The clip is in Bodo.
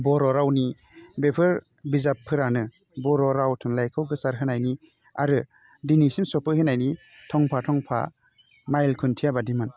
बर' रावनि बेफोर बिजाबफोरानो बर' राव थुनलाइखौ गोसार होनायनि आरो दिनैसिम सौफैहोनायनि थंफा थंफा माइल खुन्थिया बायदिमोन